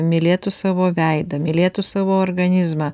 mylėtų savo veidą mylėtų savo organizmą